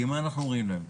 כי אנחנו אומרים להם,